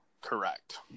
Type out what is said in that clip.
Correct